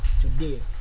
today